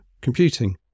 computing